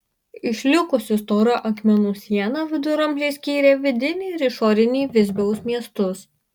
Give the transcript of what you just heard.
išlikusi stora akmenų siena viduramžiais skyrė vidinį ir išorinį visbiaus miestus